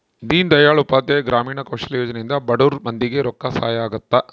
ದೀನ್ ದಯಾಳ್ ಉಪಾಧ್ಯಾಯ ಗ್ರಾಮೀಣ ಕೌಶಲ್ಯ ಯೋಜನೆ ಇಂದ ಬಡುರ್ ಮಂದಿ ಗೆ ರೊಕ್ಕ ಸಹಾಯ ಅಗುತ್ತ